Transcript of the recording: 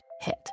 hit